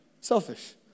selfish